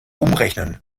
umrechnen